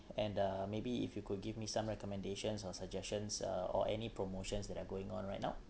and uh maybe if you could give me some recommendations or suggestions uh or any promotions that are going on right now